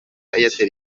airtel